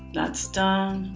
that's done.